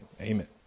Amen